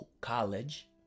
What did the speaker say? college